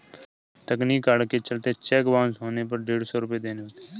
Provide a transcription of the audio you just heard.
तकनीकी कारण के चलते चेक बाउंस होने पर डेढ़ सौ रुपये देने होते हैं